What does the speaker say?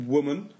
Woman